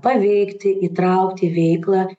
paveikti įtraukti į veiklą